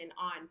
on